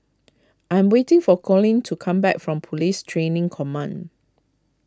I am waiting for Colleen to come back from Police Training Command